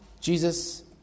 Jesus